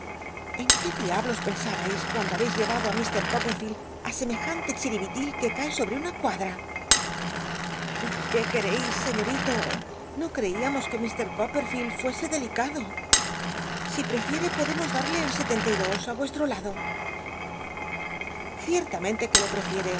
en qué diablos pensabais cuando habeis llevado á mr copperfielclít semejante chiribitil que cae sobre una cuadra qué c uereis señorito no creíamos que mr copperfield fuese delicado si prefiere podemos dal'le el y dos á vuestro lado ciertamente que jo prefiel'e